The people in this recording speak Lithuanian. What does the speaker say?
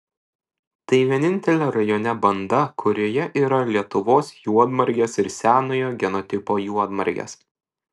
tai vienintelė rajone banda kurioje yra lietuvos juodmargės ir senojo genotipo juodmargės